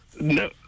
No